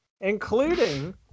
including